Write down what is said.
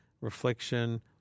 reflection